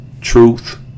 Truth